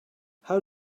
how